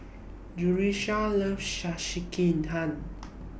Jerusha loves Sekihan